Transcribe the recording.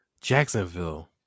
Jacksonville